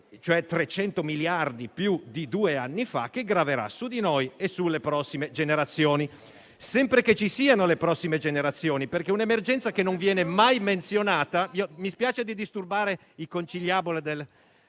cioè 300 miliardi più di due anni fa, che graverà su di noi e sulle prossime generazioni; sempre che ci siano le prossime generazioni, perché questa è un'emergenza che non viene mai menzionata. Arriveremo quindi al totale del